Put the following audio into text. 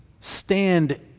stand